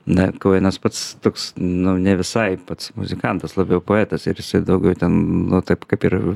na kouenas pats toks nu ne visai pats muzikantas labiau poetas ir jis daugiau ten nu taip kaip ir